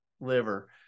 liver